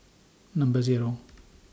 Number Zero